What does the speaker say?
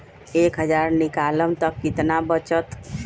एक हज़ार निकालम त कितना वचत?